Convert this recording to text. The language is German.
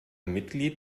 mitglied